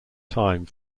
time